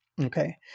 Okay